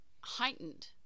heightened